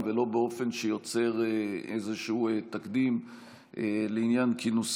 באופן שאיננו מהווה איזשהו תקדים לעתיד.